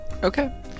okay